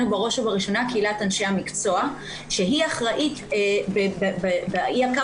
בראש ובראשונה קהילת אנשי המקצוע שהיא הקו הראשון